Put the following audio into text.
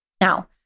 Now